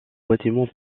bâtiment